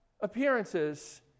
appearances